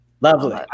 Lovely